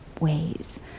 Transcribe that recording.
ways